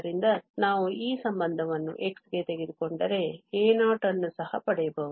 ಆದ್ದರಿಂದ ನಾವು ಈ ಸಂಬಂಧವನ್ನು x ಗೆ ತೆಗೆದುಕೊಂಡರೆ a0 ಅನ್ನು ಸಹ ಪಡೆಯಬಹುದು